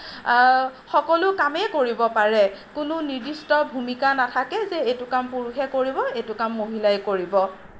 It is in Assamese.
সকলো কামেই কৰিব পাৰে কোনো নিৰ্দিষ্ট ভূমিকা নাথাকে যে এইটো কাম পুৰুষে কৰিব এইটো কাম মহিলাই কৰিব